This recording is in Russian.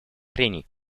прений